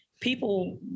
people